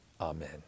Amen